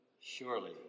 Surely